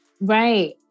Right